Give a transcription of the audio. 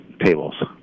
tables